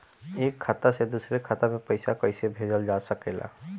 एक खाता से दूसरे खाता मे पइसा कईसे भेजल जा सकेला?